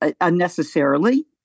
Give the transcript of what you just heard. unnecessarily